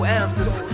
answers